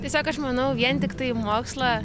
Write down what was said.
tiesiog aš manau vien tiktai mokslą